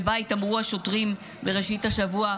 שבה התעמרו השוטרים בראשית השבוע,